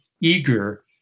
eager